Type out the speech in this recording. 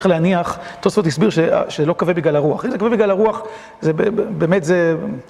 צריך להניח, תוספות הסביר, שלא כבה בגלל הרוח. אם זה כבה בגלל הרוח, זה באמת, זה...